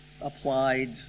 applied